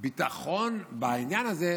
הביטחון בעניין הזה,